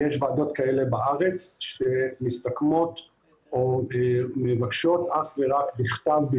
ויש ועדות כאלה בארץ שמבקשות אך ורק בכתב.